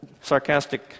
sarcastic